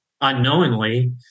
unknowingly